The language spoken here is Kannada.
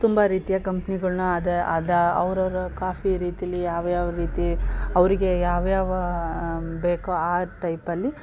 ತುಂಬ ರೀತಿಯ ಕಂಪ್ನಿಗಳನ್ನ ಅದೇ ಅದು ಅವರವ್ರ ಕಾಫಿ ರೀತಿಲಿ ಯಾವ ಯಾವ ರೀತಿ ಅವರಿಗೆ ಯಾವ್ಯಾವ ಬೇಕೋ ಆ ಟೈಪಲ್ಲಿ